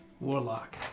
Warlock